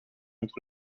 entre